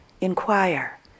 Inquire